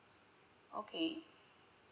okay